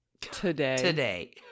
Today